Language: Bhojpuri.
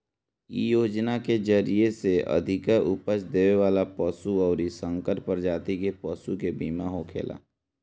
इ योजना के जरिया से अधिका उपज देवे वाला पशु अउरी संकर प्रजाति के पशु के बीमा होखेला